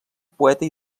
poeta